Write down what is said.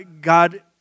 God